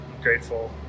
grateful